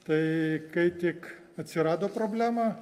tai kai tik atsirado problema